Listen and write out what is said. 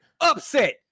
upset